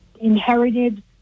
inherited